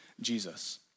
Jesus